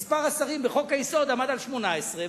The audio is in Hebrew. מספר השרים בחוק-היסוד עמד על 18,